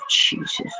Jesus